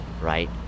Right